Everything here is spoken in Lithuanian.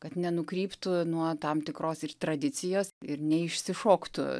kad nenukryptų nuo tam tikros tradicijos ir neišsišoktų